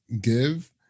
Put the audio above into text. give